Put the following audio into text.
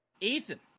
Ethan